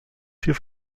vier